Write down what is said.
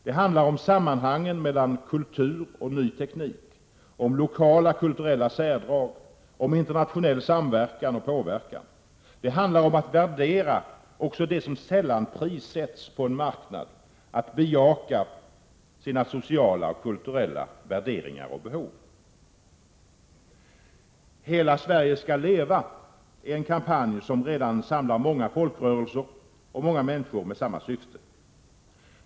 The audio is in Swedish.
Det handlar om sammanhangen mellan kultur och ny teknik, om lokala kulturella särdrag, om internationell samverkan och påverkan. Det handlar om att värdera också det som sällan prissätts på en marknad, att bejaka sina sociala och kulturella värderingar och behov. ”Hela Sverige skall leva” är en kampanj som redan samlar många folkrörelser och många människor med samma syfte.